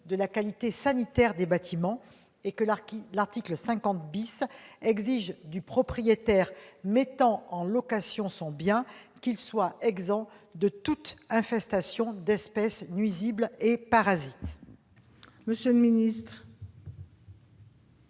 de la qualité sanitaire des bâtiments et l'article 50 exige du propriétaire mettant en location son bien qu'il soit exempt de toute infestation d'espèces nuisibles et parasites.